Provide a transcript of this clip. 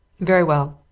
very well,